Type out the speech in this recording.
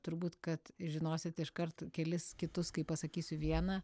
turbūt kad žinosit iškart kelis kitus kai pasakysiu vieną